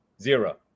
zero